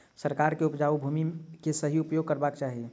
सरकार के उपजाऊ भूमि के सही उपयोग करवाक चाही